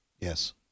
Yes